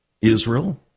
Israel